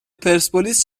پرسپولیس